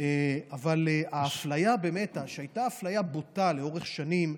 אבל האפליה שהייתה, אפליה בוטה, לאורך שנים,